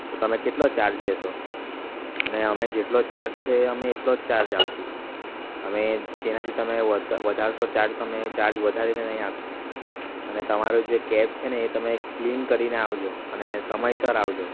તો તમે કેટલો ચાર્જ લેશો અને અમે જેટલો ચાર્જ છે અમે એટલો જ ચાર્જ આપીશું અમે તેનાથી તમે વધારશો ચાર્જ તો અમે ચાર્જ વધારીને નહીં આપીશું અને તમારું જે કેબ છે ને એ તમે ક્લીન કરીને આવજો અને સમયસર આવજો